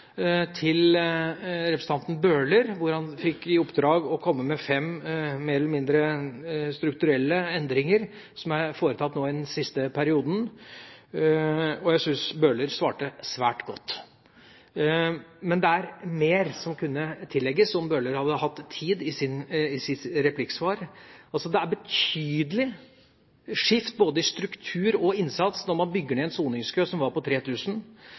til representanten Bøhler, som fikk i oppdrag å komme med fem mer eller mindre strukturelle endringer som er foretatt nå, i den siste perioden. Og jeg syns Bøhler svarte svært godt. Men det er mer som kunne tillegges – om Bøhler hadde hatt tid i sitt replikksvar. Det er et betydelig skifte i både struktur og innsats når man bygger ned en soningskø som var på